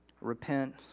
repent